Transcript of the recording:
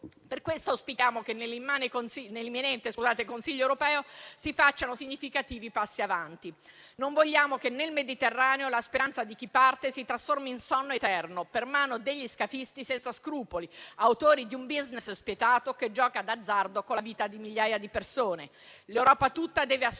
Per questo auspichiamo che, nell'imminente Consiglio europeo, si facciano significativi passi avanti. Non vogliamo che nel Mediterraneo la speranza di chi parte si trasformi in sonno eterno per mano degli scafisti senza scrupoli, gestori di un *business* spietato che gioca d'azzardo con la vita di migliaia di persone. L'Europa tutta deve assumersi impegni, essere più